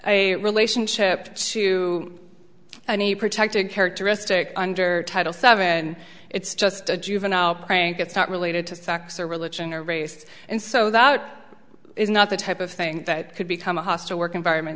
a relationship to any protected characteristic under title seven and it's just a juvenile prank it's not related to sex or religion or race and so that it's not the type of thing that could become a hostile work environment